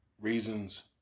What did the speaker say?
reasons